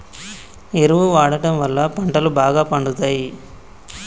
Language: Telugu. ఎరువు వాడడం వళ్ళ పంటలు బాగా పండుతయి